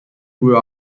grew